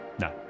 No